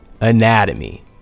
anatomy